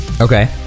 Okay